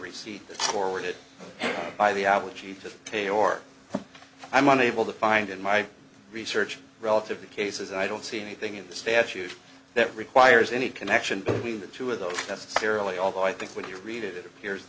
receipt forwarded by the allergy to pay or i'm unable to find in my research relative the cases i don't see anything in the statute that requires any connection between the two of those necessarily although i think when you read it it appears